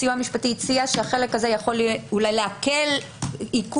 הסיוע המשפטי הציע שאולי אפשר לעשות